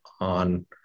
on